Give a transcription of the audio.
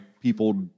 people